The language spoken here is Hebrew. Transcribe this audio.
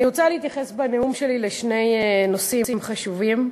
אני רוצה להתייחס בנאום שלי לשני נושאים חשובים,